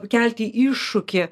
kelti iššūkį